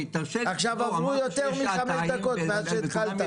עברו יותר מ-5 דקות מאז שהתחלת.